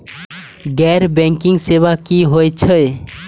गैर बैंकिंग सेवा की होय छेय?